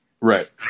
Right